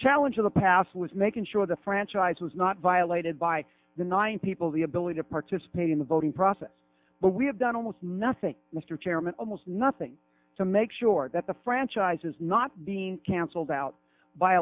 challenge of the past was making sure the franchise was not violated by the nine people the ability to participate in the voting process but we have done almost nothing mr chairman a most nothing to make sure that the franchise is not being canceled out by